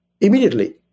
immediately